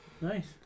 Nice